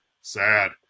sad